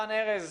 רן ארז,